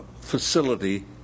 facility